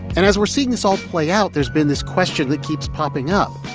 and as we're seeing this all play out, there's been this question that keeps popping up.